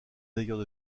tailleurs